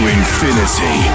infinity